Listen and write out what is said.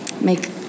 make